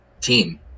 team